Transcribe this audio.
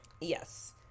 Yes